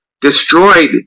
destroyed